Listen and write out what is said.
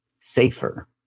safer